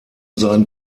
seinen